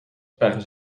per